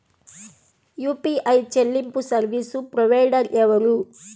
UPI చెల్లింపు service provider ఎవరు?